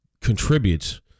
contributes